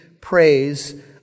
praise